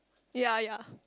ya ya